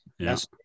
Yes